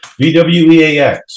VWEAX